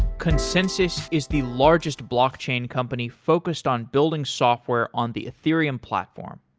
consensys is the largest blockchain company focused on building software on the ethereum platform.